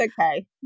okay